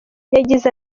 yagize